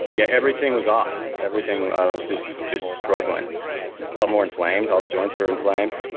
yeah, everything was off. everything. i was just just struggling felt more inflamed. all the joints were inflamed.